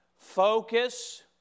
Focus